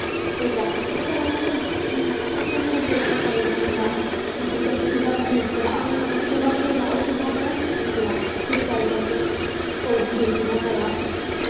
ठीक ऐ ओह्दे कन्नै सानूं ओह्दे कन्नै सानूं बड़ा फैदा मिलदा कि खुद गी असें कि'यां इंप्रूव करना अगली बारी कि'यां खेलनां होर कि'यां जित्तना किस टाईप दा सानूं कोई बी गेम